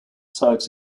sites